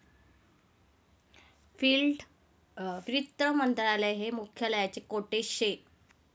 वित्त मंत्रालयात मुख्यालय कोठे शे